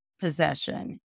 possession